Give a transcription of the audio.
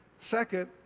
second